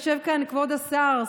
יושב כאן כבוד השר,